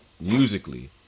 musically